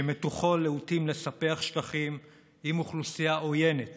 שמתוכו להוטים לספח שטחים עם אוכלוסייה עוינת